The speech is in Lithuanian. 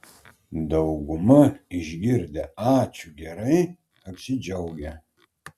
dauguma išgirdę ačiū gerai apsidžiaugia